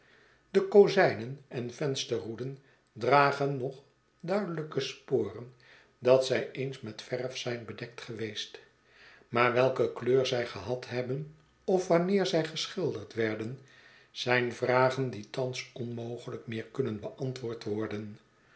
de kozijnen en vensterroeden dragen nog duidelijke sporen dat zij eens met verf zijn bedekt geweest maar welke kleur zij gehad hebben of wanneer zij geschilderd werden zijn vragen die thans onmogelijk meer kunnen beantwoord